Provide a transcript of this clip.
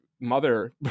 mother